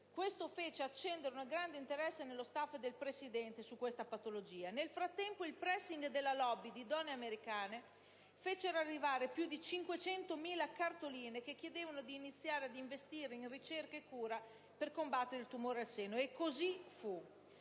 Questo fece accendere un grande interesse nello *staff* del Presidente su questa patologia. Nel frattempo, il *pressing* della *lobby* di donne americane fece arrivare più di 500.000 cartoline che chiedevano di iniziare ad investire in ricerca e cura per combattere il tumore al seno. Così fu.